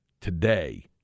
today